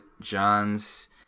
John's